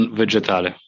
vegetale